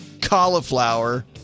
cauliflower